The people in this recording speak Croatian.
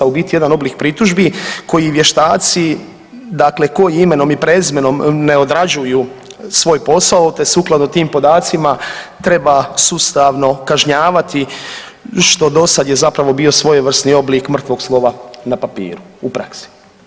U biti jedan oblik pritužbi koji vještaci, dakle koji imenom i prezimenom ne odrađuju svoj posao te sukladno tim podacima treba sustavno kažnjavati što dosad je zapravo bio svojevrsni mrtvog slova na papiru u praksi.